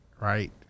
right